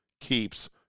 keeps